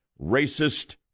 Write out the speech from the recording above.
racist